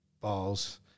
balls